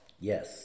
Yes